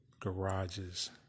garages